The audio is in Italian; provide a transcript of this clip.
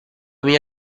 mia